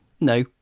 no